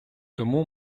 тому